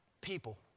people